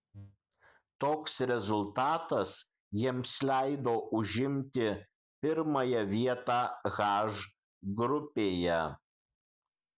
toks rezultatas jiems leido užimti pirmąją vietą h grupėje